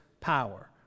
power